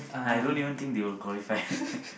I don't even think they'll qualify